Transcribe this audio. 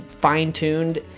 fine-tuned